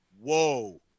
Whoa